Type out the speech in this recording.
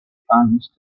funds